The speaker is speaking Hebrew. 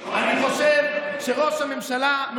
החברים שלו.